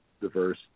diverse